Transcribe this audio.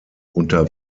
unter